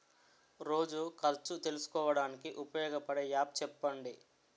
రోజు ఖర్చు తెలుసుకోవడానికి ఉపయోగపడే యాప్ చెప్పండీ?